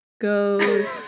goes